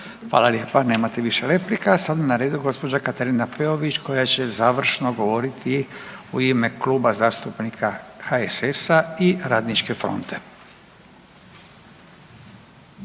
Hvala lijepa, nemate više replika. Sada je na redu gospođa Katarina Peović koja će završno govoriti u ime Kluba zastupnika HSS-a i Radničke fronte,